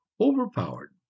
overpowered